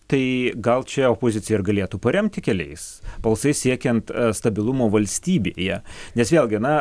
tai gal čia opozicija ir galėtų paremti keliais balsais siekiant stabilumo valstybėje nes vėlgo na